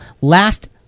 Last